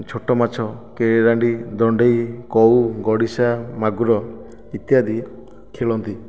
ଛୋଟ ମାଛ କେରାଣ୍ଡି ଦଣ୍ଡେଇ କଉ ଗଡ଼ିଶା ମାଗୁର ଇତ୍ୟାଦି ଖେଳନ୍ତି